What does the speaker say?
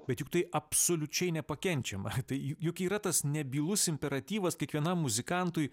bet juk tai absoliučiai nepakenčiama tai juk yra tas nebylus imperatyvas kiekvienam muzikantui